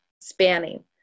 spanning